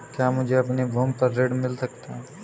क्या मुझे अपनी भूमि पर ऋण मिल सकता है?